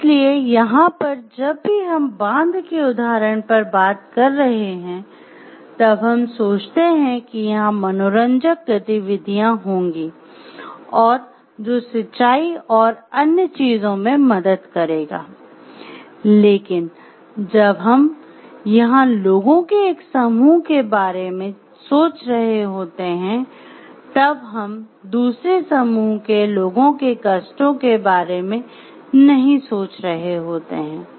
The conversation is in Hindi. इसलिए यहां पर जब भी हम बांध के उदाहरण पर बात कर रहे हैं तब हम सोचते हैं कि यहाँ मनोरंजक गतिविधियां होगी और जो सिंचाई और अन्य चीजों में मदद करेगा लेकिन जब हम यहां लोगों के एक समूह के लाभ के बारे में सोच रहे होते हैं तब हम दूसरे समूह के लोगों के कष्टों के बारे में नहीं सोच रहे होते हैं